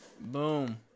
Boom